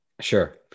sure